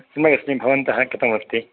समयक् अस्मि भवन्तः कथं अस्ति